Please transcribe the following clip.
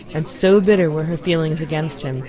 and so bitter were her feelings against him,